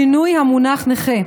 (שינוי המונח נכה),